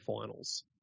finals